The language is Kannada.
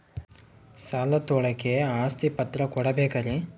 ಸಾಲ ತೋಳಕ್ಕೆ ಆಸ್ತಿ ಪತ್ರ ಕೊಡಬೇಕರಿ?